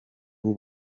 w’u